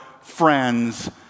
friends